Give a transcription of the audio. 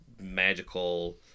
magical